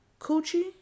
Coochie